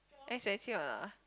expensive or not ah